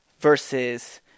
versus